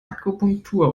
akupunktur